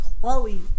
Chloe